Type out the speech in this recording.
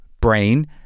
brain